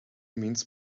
means